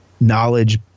knowledge